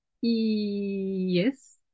Yes